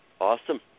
Awesome